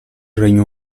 regno